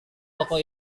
toko